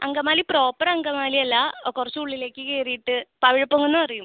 Angamaly proper Angamaly അല്ല കുറച്ച് ഉള്ളിലേക്ക് കയറിയിട്ട് പവിഴപ്പൊങ്ങ് എന്ന് പറയും